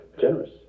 generous